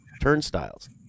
turnstiles